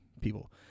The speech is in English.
people